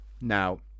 now